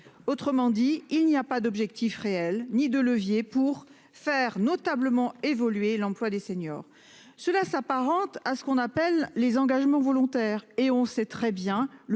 Autrement dit, il n'y a pas d'objectif réel ni de levier pour faire notablement évolué l'emploi des seniors. Cela s'apparente à ce qu'on appelle les engagements volontaires et on sait très bien le